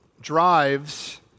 drives